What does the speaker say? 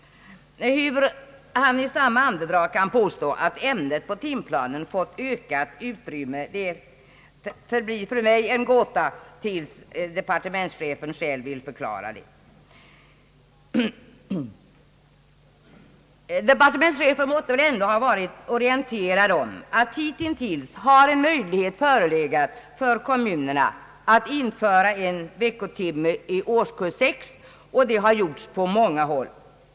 Hur han i samma andetag kan påstå att ämnet hemkunskap på timplanen fått ökat utrymme förblir för mig en gåta, tills departementschefen själv vill förklara det. Departementschefen måtte väl ändå ha varit orienterad om att hittills har möjlighet förelegat för kommunerna att införa en veckotimme hemkunskap i årskurs 6, vilket har gjorts på många håll.